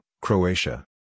Croatia